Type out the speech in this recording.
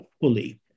fully